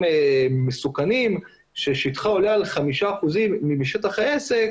מסוכנים ששטחו עולה על חמישה אחוזים משטח העסק